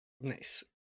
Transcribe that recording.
Nice